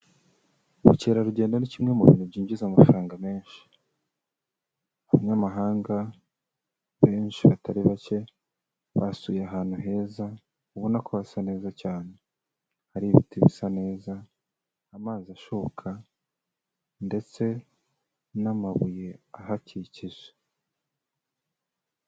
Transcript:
Ubukerarugendo ni kimwe mu bintu byinjiza amafaranga menshi, abanyamahanga benshi batari bake basuye ahantu heza ubona ko hasa neza cyane, hari ibiti bisa neza, amazi ashoka ndetse n'amabuye ahakikije.